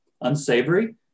unsavory